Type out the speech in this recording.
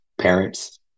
parents